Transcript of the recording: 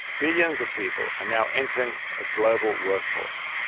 billions of people are now entering the global workforce.